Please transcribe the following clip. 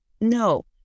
no